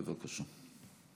בבקשה.